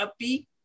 upbeat